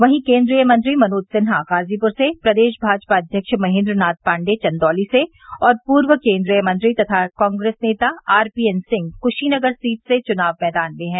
वहीं केन्द्रीय मंत्री मनोज सिन्हा गाजीपुर से प्रदेश भाजपा अध्यक्ष महेन्द्र नाथ पांडे चंदौली से और पूर्व केन्द्रीय मंत्री तथा कांग्रेस नेता आरपीएन सिंह कुशीनगर सीट से चुनाव मैदान में हैं